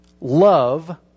Love